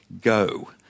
go